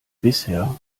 bisher